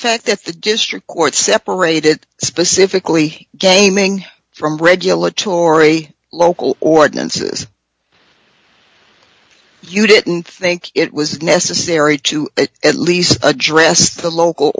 fact that the district court separated specifically gaming from regulatory local ordinances you didn't think it was necessary to at least address the local